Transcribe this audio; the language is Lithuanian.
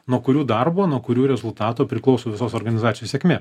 nuo kurių darbo nuo kurių rezultato priklauso visos organizacijos sėkmė